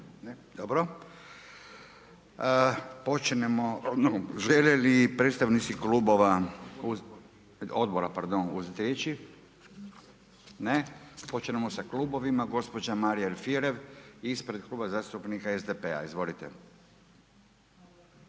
Dobro. Počnimo, žele li predstavnici klubova, odbora, pardon, uzeti riječ? Ne. Počnimo sa klubovima. Gospođa Marija Alfirev ispred Kluba zastupnika SDP-a. Izvolite.